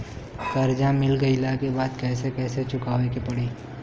कर्जा मिल गईला के बाद कैसे कैसे चुकावे के पड़ी?